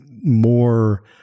more